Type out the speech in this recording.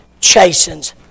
chastens